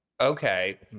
Okay